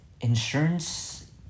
Insurance